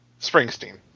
Springsteen